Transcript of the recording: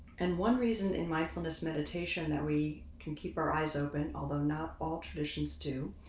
and one reason in mindfulness meditation that we can keep our eyes open, although not all traditions do.